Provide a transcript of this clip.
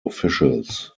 officials